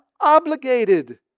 obligated